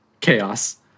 chaos